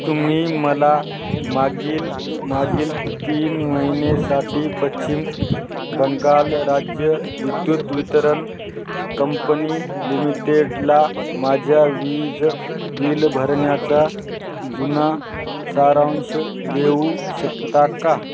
तुम्ही मला मागील मागील तीन महिन्यासाठी पश्चिम बंगाल राज्य विद्युत वितरण कंपनी लिमिटेडला माझ्या वीज बिल भरण्याचा जुना सारांश देऊ शकता का